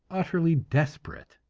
utterly desperate.